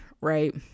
right